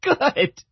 good